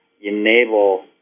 enable